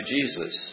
Jesus